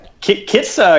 Kit's